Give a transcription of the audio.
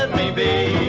and maybe